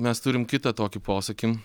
mes turim kitą tokį posakį